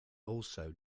also